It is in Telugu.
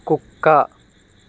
కుక్క